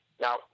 Now